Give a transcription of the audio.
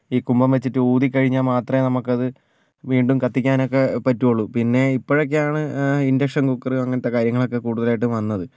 ഈ കുംമ്പം വെച്ചിട്ട് ഊതിക്കഴിഞ്ഞാൽ മാത്രമേ നമുക്കത് വീണ്ടും കത്തിക്കാനൊക്കെ പറ്റു ഉളളു പിന്നേ ഇപ്പൊഴൊക്കെയാണ് ആ ഇൻഡക്ഷൻ കുക്കറ് അങ്ങനത്തെ കാര്യങ്ങളൊക്കെ കൂടുതലായിട്ടും വന്നത്